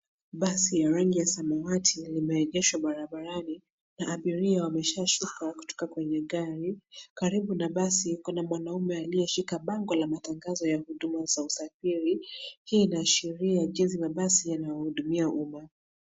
Basi ya rangi ya samawati limeegeshwa barabarani na abiria wameshaashuka kutoka kwenye gari. Karibu na basi kuna mwanaume aliyeshika bango la matangazo ya huduma za usafiri. Hii inaashiria jinsi mabasi yanavyohudumia umma.